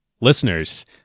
listeners